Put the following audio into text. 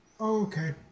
Okay